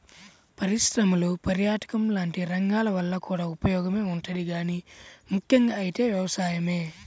పరిశ్రమలు, పర్యాటకం లాంటి రంగాల వల్ల కూడా ఉపయోగమే ఉంటది గానీ ముక్కెంగా అయితే వ్యవసాయమే